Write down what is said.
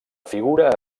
figura